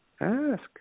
Ask